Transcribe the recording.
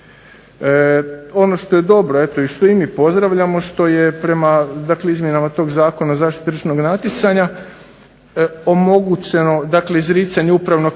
Ono što je dobro i što mi pozdravljamo što je prema dakle izmjenama tog Zakona o zaštiti tržišnog natjecanja omogućeno izricanje upravno